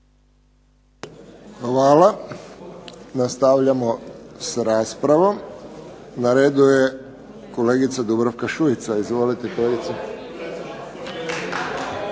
Hvala. Nastavljamo s raspravom. Na redu je kolegica Dubravka Šuica. Izvolite, kolegice.